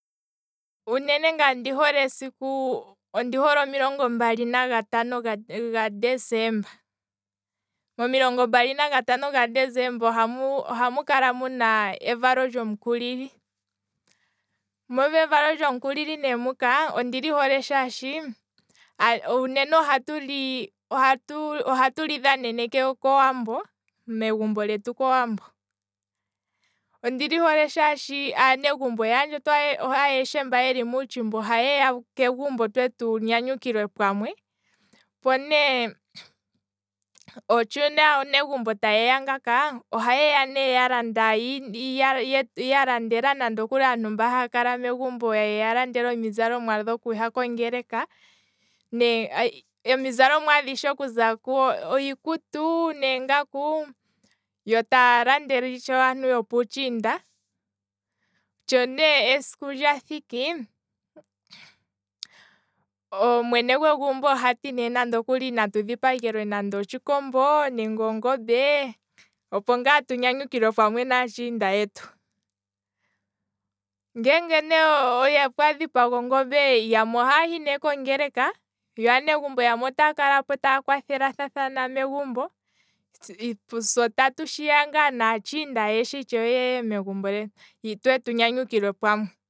Uunene ngaye ondi hole esiku, omilongo mbali naga tanon gadecemba, momilongo mbali naga tano gadecemba ohamu ohamu kala muna evalo lyomukulili, mo mevalo lyomukulili ondili hole shaashi, uunene ohatu li, ohatu li dhanene kowambo, megumbo letu kowambo, ondili hole shaashi, aanegumbo yaandjeti ayeshe mba yeli muutshimba oha yeya kegumbo twee tunyanyukilwe pamwe, po ne sho aanegumbo ta yeya ngaanga, oha yeya ne yalanda iinima ya landela nande okuli aanegumbo mba haakala megumbo iizalomwa yokuha kongeleka, omizalomwa adhishe okuza iikutu, neengaku, yo taalandele itshewe aantu yopuutshinda, sho ne esiku lya thiki, mwene gwegumbo ohati ne nande okuli natu dhipagelwe otshikombo, nenge ongombe opo ngaa tu nyanyukilwe pamwe naatshinda yetu, ngeenge ne opwa dhipagwa ongombe, yamwe ohaya hi ne kongeleka, yo aanegumbo yamwe otaa kalapo taya kwathelathana megumbo, se tatu shiya ngaa naatshinda ayeshe yeye megumbo twee tu nyanyukilwe pamwe